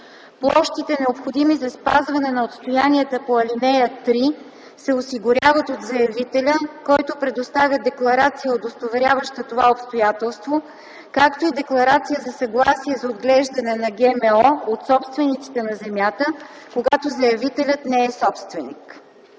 Площите, необходими за спазване на отстоянията по ал. 3, се осигуряват от заявителя, който предоставя декларация, удостоверяваща това обстоятелство, както и декларация за съгласие за отглеждане на ГМО от собствениците на земята, когато заявителят не е собственик.”